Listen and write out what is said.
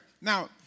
Now